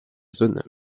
zone